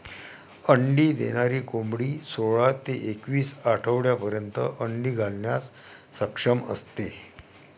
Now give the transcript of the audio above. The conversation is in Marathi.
अंडी देणारी कोंबडी सोळा ते एकवीस आठवड्यांपर्यंत अंडी घालण्यास सक्षम असते